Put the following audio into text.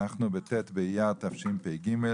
אנחנו בט' באייר תשפ"ג,